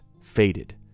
faded